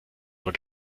aber